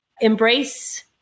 embrace